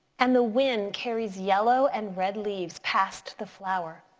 and the wind carries yellow and red leaves past the flower.